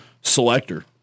Selector